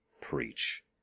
preach